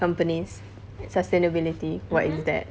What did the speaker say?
companies sustainability what is that